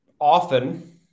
often